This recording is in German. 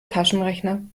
taschenrechner